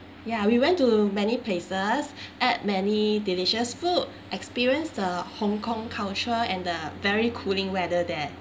ya we went to many places ate many delicious food experience the hong kong culture and the very cooling weather there